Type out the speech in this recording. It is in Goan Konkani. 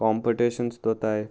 कॉम्पटिशन्स दवरताय